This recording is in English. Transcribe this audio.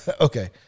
Okay